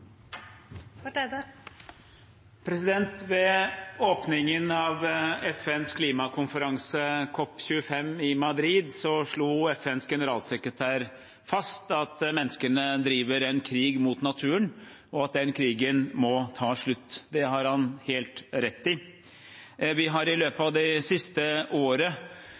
Ved åpningen av FNs klimakonferanse COP 25 i Madrid slo FNs generalsekretær fast at menneskene driver en krig mot naturen, og at den krigen må ta slutt. Det har han helt rett i. Vi har i løpet av det siste året